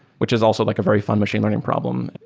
which is also like a very fun machine learning problem.